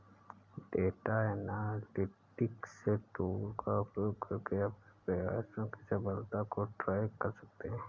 data analytics tool का उपयोग करके अपने प्रयासों की सफलता को ट्रैक कर सकते है